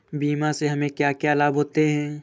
बीमा से हमे क्या क्या लाभ होते हैं?